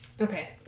okay